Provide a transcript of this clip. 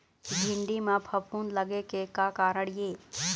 भिंडी म फफूंद लगे के का कारण ये?